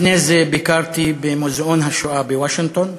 לפני זה ביקרתי במוזיאון השואה בוושינגטון.